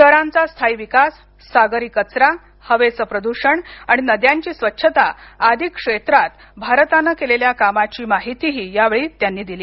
शहरांचा स्थायी विकास सागरी कचरा हवेचे प्रदूषण आणि नद्यांची स्वच्छता आदी क्षेत्रात भारताने केलेल्या कामाची माहितीही यावेळी त्यांनी दिली